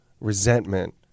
resentment